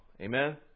Amen